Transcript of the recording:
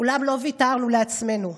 אולם לא ויתרנו לעצמנו.